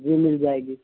جی مل جائے گی